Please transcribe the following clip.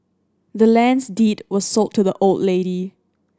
the land's deed was sold to the old lady